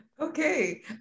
Okay